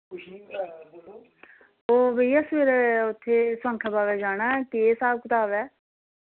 ओह् भैया सवेरे उत्थै सुआंखा जाना ऐ केह् स्हाब कताब ऐ